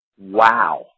Wow